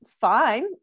fine